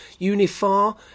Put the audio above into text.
Unifar